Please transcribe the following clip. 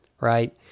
right